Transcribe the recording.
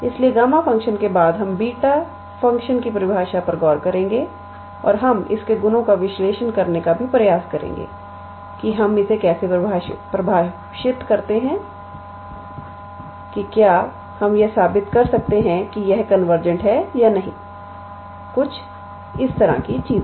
इसलिए gamma function के बाद हम बीटा फ़ंक्शन की परिभाषा पर गौर करेंगे और हम इसके गुणों का विश्लेषण करने का भी प्रयास करेंगे कि हम कैसे परिभाषित करते हैं कि क्या हम यह साबित कर सकते हैं कि यह कन्वर्जेंट है या नहीं कुछ इस तरह की चीजें